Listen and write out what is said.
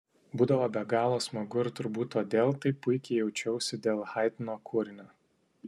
būdavo be galo smagu ir turbūt todėl taip puikiai jaučiausi dėl haidno kūrinio